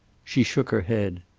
she shook her head.